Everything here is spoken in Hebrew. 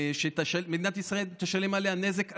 שמדינת ישראל תשלם עליה נזק עצום,